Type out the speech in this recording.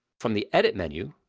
from the edit menu,